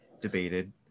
debated